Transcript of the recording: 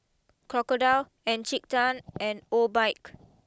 Crocodile Encik Tan and Obike